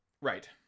Right